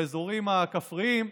באזורים הכפריים,